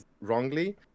wrongly